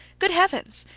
good heavens!